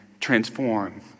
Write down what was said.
transform